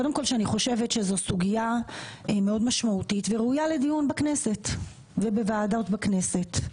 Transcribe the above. אני חושבת שזו סוגייה מאוד משמעותית וראויה לדיון בכנסת ובוועדות הכנסת.